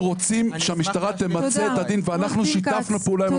אנחנו רוצים שהמשטרה תמצה את הדין ואנחנו שיתפנו פעולה עם המשטרה.